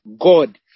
God